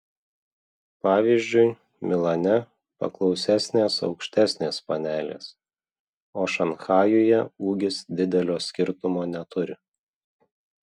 pavyzdžiui milane paklausesnės aukštesnės panelės o šanchajuje ūgis didelio skirtumo neturi